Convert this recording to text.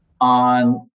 on